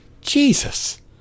Jesus